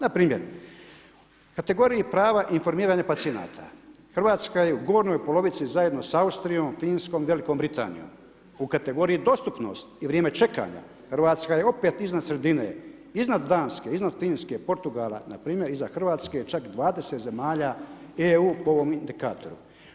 Npr. kategoriji prava i informiranja pacijenata Hrvatska je u gornjoj polovici zajedno sa Austrijom, Finskom i Velikom Britanijom, u kategoriji dostupnost i vrijeme čekanja, Hrvatska je opet iznad sredine, iznad Danske, iznad Finske, Portugala, npr. iza Hrvatske je čak 20 zemalja EU po ovom indikatoru.